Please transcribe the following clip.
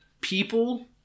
people